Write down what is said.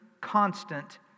constant